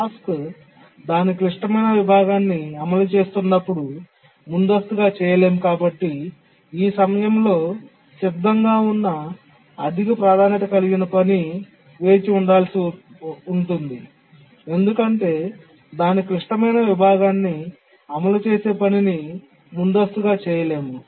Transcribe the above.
task దాని క్లిష్టమైన విభాగాన్ని అమలు చేస్తున్నప్పుడు ముందస్తుగా చేయలేము కాబట్టి ఈ సమయంలో సిద్ధంగా ఉన్న అధిక ప్రాధాన్యత కలిగిన పని వేచి ఉండాల్సి ఉంటుంది ఎందుకంటే దాని క్లిష్టమైన విభాగాన్ని అమలు చేసే పనిని ముందస్తుగా చేయలేము